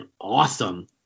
awesome